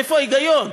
איפה ההיגיון?